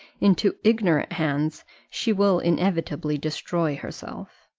into ignorant hands, she will inevitably destroy herself.